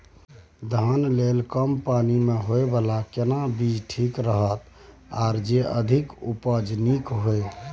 धान लेल कम पानी मे होयबला केना बीज ठीक रहत आर जे अधिक उपज नीक होय?